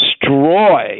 destroy